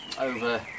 over